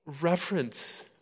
reference